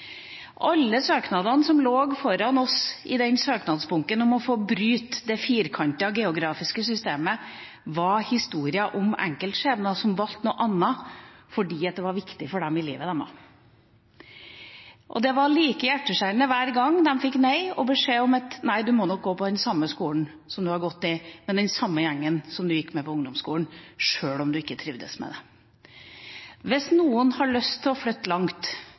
Alle søknadene som lå foran oss i den søknadsbunken, søknadene om å få bryte med det firkantede geografiske systemet, var historier om enkeltskjebner som valgte noe annet fordi det var viktig i livet deres. Det var like hjerteskjærende hver gang man svarte nei og de fikk beskjed om at de måtte gå på den samme skolen som de hadde gått, med den samme gjengen som de hadde gått sammen med på ungdomsskolen, sjøl om de ikke trivdes med det. Hvis noen av en eller annen grunn har lyst til å flytte langt